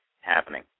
happening